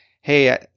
hey